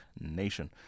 Nation